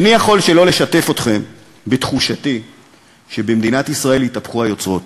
איני יכול שלא לשתף אתכם בתחושתי שבמדינת ישראל התהפכו היוצרות,